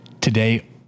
today